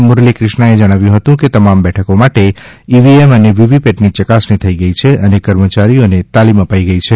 મુરલીક્રિષ્નાએ જણાવાયું હતું કે તમામ બેઠકો માટે ઈવીએમ અને વીવીપેટની ચકાસણી થઈ ગઈ છે અને કર્મચારીને તાલિમ અપાઈ ગઈ છે